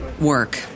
work